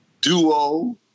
duo